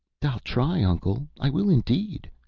i'll try, uncle i will, indeed,